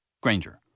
Granger